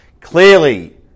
Clearly